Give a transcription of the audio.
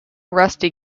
rusty